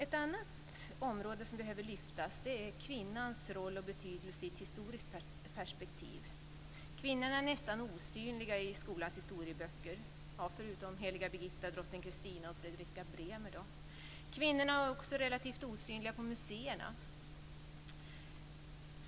Ett annat område som behöver lyftas fram är kvinnans roll och betydelse i ett historiskt perspektiv. Kvinnorna är nästan osynliga i skolans historieböcker, förutom Heliga Birgitta, drottning Kvinnorna är också relativt osynliga på museerna.